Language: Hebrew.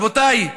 רבותיי,